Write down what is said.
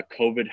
COVID